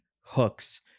hooks